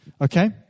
okay